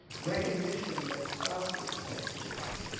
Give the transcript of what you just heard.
recognition that spouses have careers,